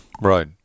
Right